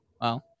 Wow